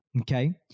Okay